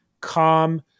calm